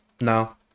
no